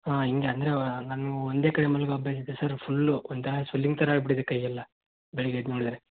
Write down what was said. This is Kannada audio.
ಹಾಂ ಹಿಂಗೆ ಅಂದರೂ ನನ್ನ ಒಂದೇ ಕೈ ಮಲಗೋ ಅಭ್ಯಾಸ ಇದೆ ಸರ್ ಫುಲ್ಲು ಒಂಥರ ಸ್ವೆಲ್ಲಿಂಗ್ ಥರ ಆಗಿ ಬಿಟ್ಟಿದೆ ಕೈ ಎಲ್ಲ ಬೆಳಗ್ಗೆ ಎದ್ದು ನೋಡಿದರೆ